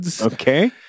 Okay